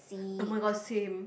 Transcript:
oh-my-god same